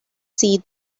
see